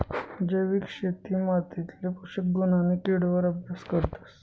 जैविक शेतीमा मातीले पोषक गुण आणि किड वर अभ्यास करतस